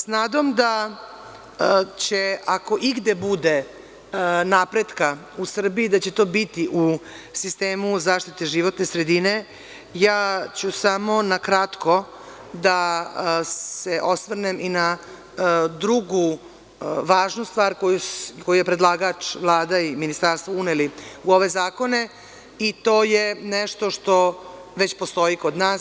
S nadom da će, ako igde bude napretka u Srbiji, to biti u sistemu zaštite životne sredine, samo ću na kratko da se osvrnem i na drugu važnu stvar koju je predlagač, Vlada i Ministarstvo, unelo u ove zakone i to je nešto što već postoji kod nas.